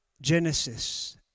Genesis